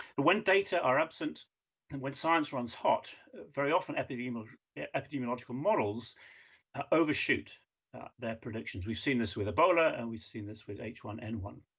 when data are absent and when science runs hot, very often, epidemiological epidemiological models ah overshoot their predictions. we've seen this with ebola, and we've seen this with h one n one.